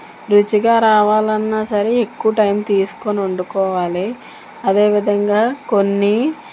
రుచిగా రావాలన్నా సరే ఎక్కువ టైం తీసుకొని వండుకోవాలి అదేవిధంగా కొన్ని